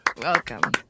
Welcome